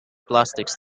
plastics